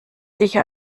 sicher